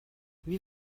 wie